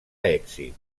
èxit